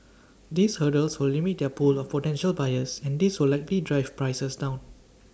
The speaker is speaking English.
these hurdles will limit their pool of potential buyers and this will likely drive prices down